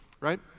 right